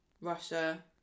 Russia